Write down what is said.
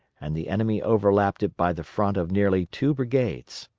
and the enemy overlapped it by the front of nearly two brigades.